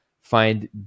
find